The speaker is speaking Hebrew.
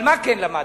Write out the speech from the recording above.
אבל מה כן למדתי,